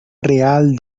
real